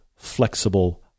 Flexible